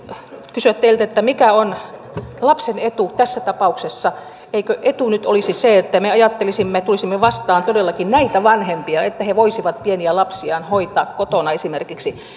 kysyä teiltä mikä on lapsen etu tässä tapauksessa eikö etu nyt olisi se että me ajattelisimme ja tulisimme vastaan todellakin näitä vanhempia että he voisivat pieniä lapsiaan hoitaa kotona esimerkiksi